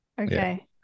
okay